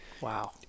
Wow